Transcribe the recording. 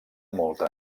molta